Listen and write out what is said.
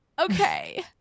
Okay